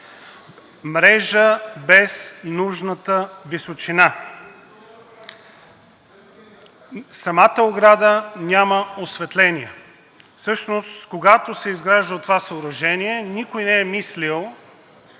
Мрежа без нужната височина. Самата ограда няма осветление.“ Всъщност, когато се е изграждало това съоръжение, никой не е мислил